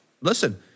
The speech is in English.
listen